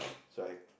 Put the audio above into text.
so I